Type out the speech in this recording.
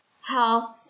health